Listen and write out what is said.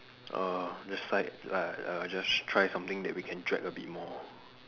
err let's like like uh just try something that we can drag a bit more